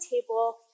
table